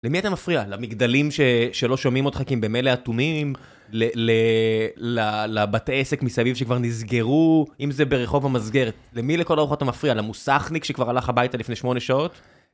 למי אתה מפריע? למגדלים שלא שומעים אותך כי הם במלא אטומים? לבתי עסק מסביב שכבר נסגרו? אם זה ברחוב המסגרת, למי לכל אורך אתה מפריע? למוסכניק שכבר הלך הביתה לפני שמונה שעות?